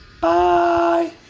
Bye